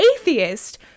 atheist